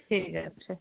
ঠিক আছে